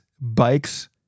bikes